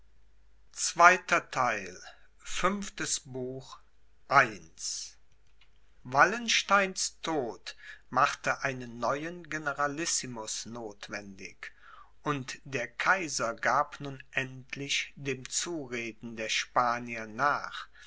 wallensteins tod machte einen neuen generalissimus nothwendig und der kaiser gab nun endlich dem zureden der spanier nach